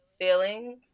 feelings